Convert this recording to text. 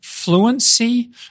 Fluency